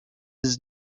his